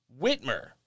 Whitmer